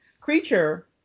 Creature